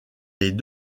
les